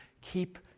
Keep